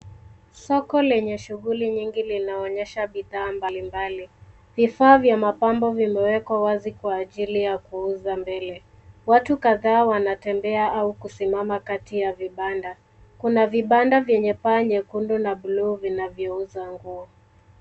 Soko lenye shughuli nyingi linaonyesha bidhaa mbalimbali. Vifaa vya mapambo vimewekwa wazi kwa ajili ya kuuza mbele. Watu kadhaa wanatembea au kusimama kati ya vibanda. Kuna vibanda vyenye paa nyekundu na buluu vinavyouza nguo.